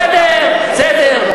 בסדר, בסדר.